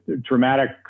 dramatic